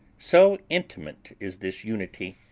so intimate is this unity,